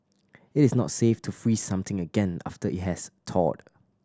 it is not safe to freeze something again after it has thawed